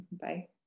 Bye